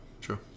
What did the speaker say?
True